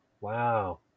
Wow